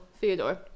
Theodore